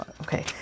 okay